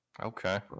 Okay